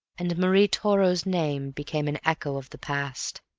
and marie toro's name became an echo of the past.